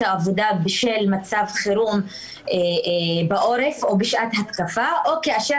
העבודה בשל מצב חירום בעורף או בשעת התקפה או כאשר